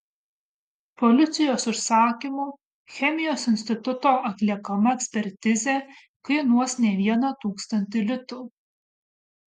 policijos užsakymu chemijos instituto atliekama ekspertizė kainuos ne vieną tūkstantį litų